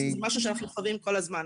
זה משהו שאנחנו חווים כל הזמן.